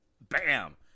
bam